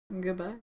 Goodbye